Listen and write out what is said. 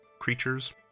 creatures